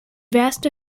vast